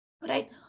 right